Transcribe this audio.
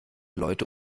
leute